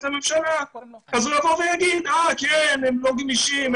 הממשלה אז הוא יבוא ויאמר שהם לא גמישים,